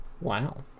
Wow